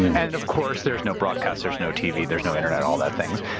and of course there's no broadcast, there's no tv, there's no internet, all that things.